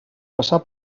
passar